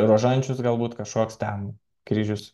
rožančius galbūt kažkoks ten kryžius